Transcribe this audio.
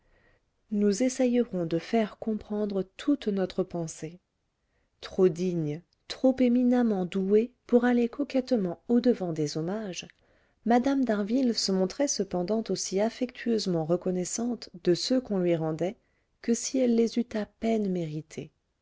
nous essayerons de faire comprendre toute notre pensée trop digne trop éminemment douée pour aller coquettement au-devant des hommages mme d'harville se montrait cependant aussi affectueusement reconnaissante de ceux qu'on lui rendait que si elle les eût à peine mérités